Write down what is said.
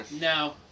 No